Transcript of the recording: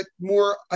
more